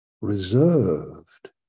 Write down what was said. reserved